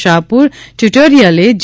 શાહપુર ટ્યુટોરીયલે જે